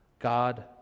God